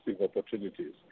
opportunities